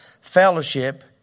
fellowship